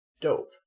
Dope